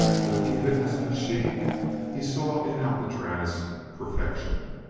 but even as a machine he saw in alcatraz perfection.